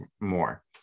more